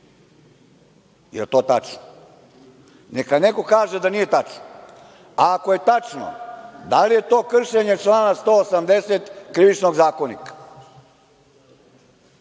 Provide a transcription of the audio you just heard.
li je to tačno? Neka neko kaže da nije tačno, a ako je tačno, da li je to kršenje člana 180. Krivičnog zakonika?